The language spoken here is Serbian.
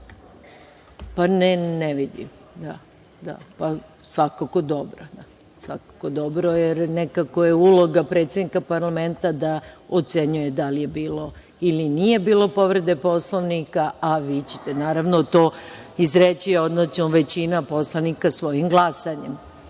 ne vidim.(Aleksandra Jerkov: Dobro.)Svakako dobro, jer nekako je uloga predsednika parlamenta da ocenjuje da li je bilo ili nije bilo povrede Poslovnika, a vi ćete naravno to izreći, odnosno većina poslanika svojim glasanjem,